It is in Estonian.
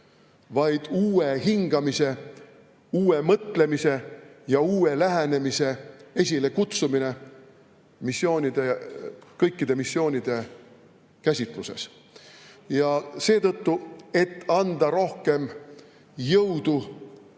vaid uue hingamise, uue mõtlemise ja uue lähenemise esilekutsumine kõikide missioonide käsitluses. Ja seetõttu, et anda rohkem jõudu